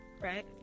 right